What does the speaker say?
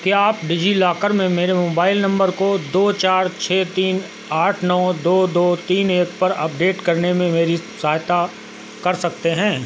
क्या आप डिजिलॉकर में मेरे मोबाइल नंबर को दो चार छः तीन आठ नौ दो दो तीन एक पर अपडेट करने में मेरी सहायता कर सकते हैं